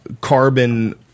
carbon